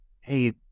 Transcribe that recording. Hey